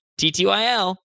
TTYL